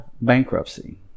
bankruptcy